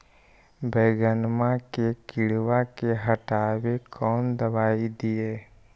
बैगनमा के किड़बा के हटाबे कौन दवाई दीए?